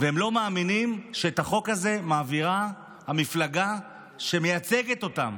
והם לא מאמינים שאת החוק הזה מעבירה המפלגה שמייצגת אותם.